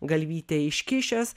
galvytę iškišęs